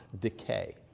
decay